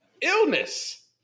Illness